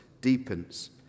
deepens